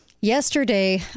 Yesterday